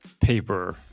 paper